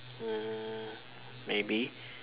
mm maybe